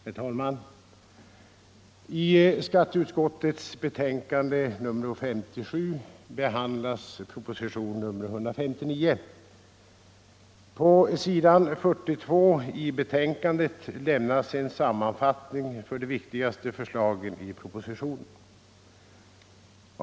Herr talman! I skatteutskottets betänkande nr 57 behandlas propositionen 159. På s. 42 i betänkandet lämnas en sammanfattning av de viktigaste förslagen i propositionen.